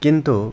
किन्तु